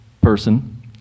person